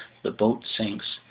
the boat sinks,